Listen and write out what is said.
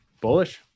bullish